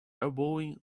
elbowing